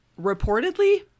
reportedly